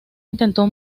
intentó